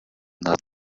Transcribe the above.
not